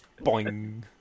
Boing